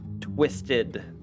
twisted